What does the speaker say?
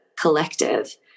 collective